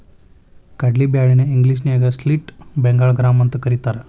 ಕಡ್ಲಿ ಬ್ಯಾಳಿ ನ ಇಂಗ್ಲೇಷನ್ಯಾಗ ಸ್ಪ್ಲಿಟ್ ಬೆಂಗಾಳ್ ಗ್ರಾಂ ಅಂತಕರೇತಾರ